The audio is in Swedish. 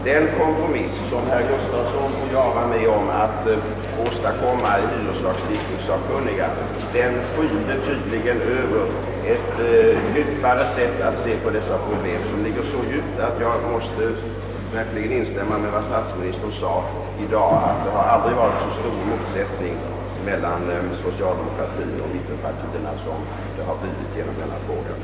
Den kompromiss som herr Gustafsson i Skellefteå och jag var med om att åstadkomma inom hyreslagstiftningssakkunniga skylde tydligen över en skillnad i sättet att se på problemen som går så djupt, att jag måste instämma i statsministerns uttalande här, att det aldrig har rått så stor motsättning mellan socialdemokraterna och mittenpartierna som vad fallet har blivit i detta ärende.